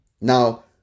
Now